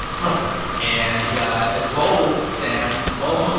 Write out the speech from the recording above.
but and yeah it's bold, sam. it's bold.